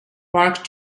park